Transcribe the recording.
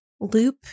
loop